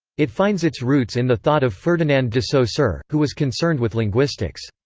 it finds its roots in the thought of ferdinand de so saussure, who was concerned with linguistics.